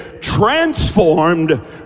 transformed